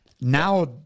now